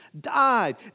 died